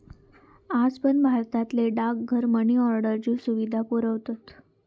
आज पण भारतातले डाकघर मनी ऑर्डरची सुविधा पुरवतत